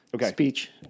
speech